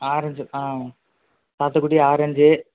orange ஆ சாத்துக்குடி orange